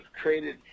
created